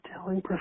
telling